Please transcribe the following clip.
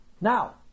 now